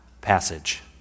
passage